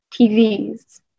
TVs